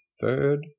third